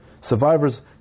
Survivors